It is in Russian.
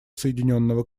соединенного